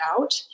Out